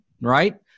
right